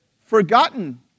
forgotten